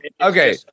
okay